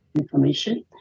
information